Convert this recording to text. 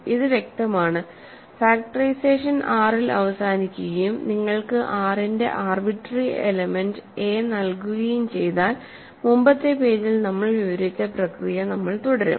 ഇത് വ്യക്തമാണ് factorisation R ൽ അവസാനിക്കുകയും നിങ്ങൾക്ക് R ന്റെ ആർബിട്രറി എലെമെന്റ്സ് എ നൽകുകയും ചെയ്താൽ മുമ്പത്തെ പേജിൽ നമ്മൾ വിവരിച്ച പ്രക്രിയ നമ്മൾ തുടരും